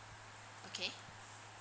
okay